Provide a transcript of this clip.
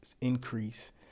increase